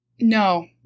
No